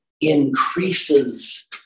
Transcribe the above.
increases